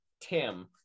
Tim